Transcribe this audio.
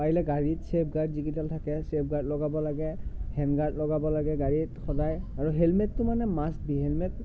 পাৰিলে গাড়ীত safeguard যিকেইডাল থাকে চেভগাৰ্ড লগাব লাগে হেণ্ড গাৰ্ড লগাব লাগে গাড়ীত সদায় আৰু হেলমেটটো মানে মাষ্ট বি হেলমেট